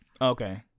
Okay